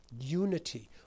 Unity